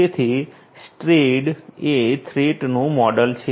તેથી સ્ટ્રેઇડ એ થ્રેટ નું મોડેલ છે